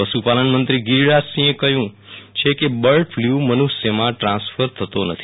પશુપાલન મંત્રી ગિરોરાજસિંહે કહયું બર્ડ ફલુ મનષ્યમાં ટાન્સફર થતો નથી